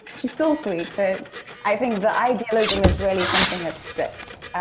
she still sweet. but i think the idealism is really something that sticks.